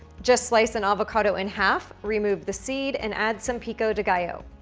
just slice an avocado in half, remove the seed, and add some pico de gallo.